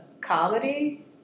comedy